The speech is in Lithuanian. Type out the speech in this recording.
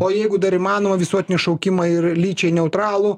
o jeigu dar įmanoma visuotinį šaukimą ir lyčiai neutralų